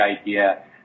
idea